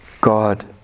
God